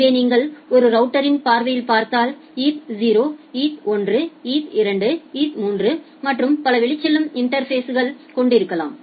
எனவே நீங்கள் ஒரு ரவுட்டரின் பார்வையில் பார்த்தால் eth 0 eth 1 eth 2 eth 3 மற்றும் பல வெளிச்செல்லும் இன்டா்ஃபேஸ் கொண்டிருக்கலாம்